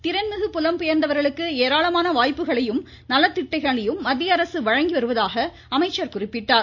திறன்மிகு புலம் பெயா்ந்தவா்களுக்கு ஏராளமான வாய்ப்புகளையும் நலத்திட்டங்களையும் மத்திய அரசு வழங்கி வருவதாக அவர் குறிப்பிட்டார்